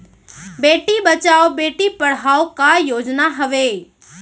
बेटी बचाओ बेटी पढ़ाओ का योजना हवे?